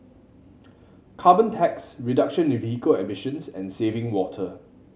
carbon tax reduction in vehicle emissions and saving water